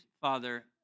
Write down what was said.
Father